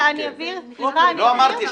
לא אמרתי.